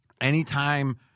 Anytime